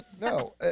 No